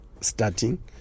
starting